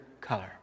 color